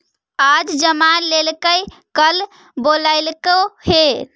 आज जमा लेलको कल बोलैलको हे?